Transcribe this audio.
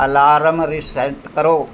alarm reset ਕਰੋ